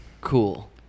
Cool